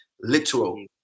literal